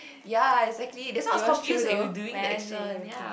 ya exactly that's why I was confused when you were doing the action